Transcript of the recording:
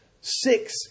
six